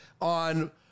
on